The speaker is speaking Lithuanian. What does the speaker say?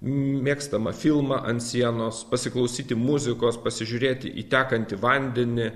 mėgstamą filmą ant sienos pasiklausyti muzikos pasižiūrėti į tekantį vandenį